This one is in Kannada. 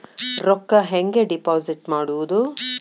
ರೊಕ್ಕ ಹೆಂಗೆ ಡಿಪಾಸಿಟ್ ಮಾಡುವುದು?